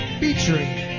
featuring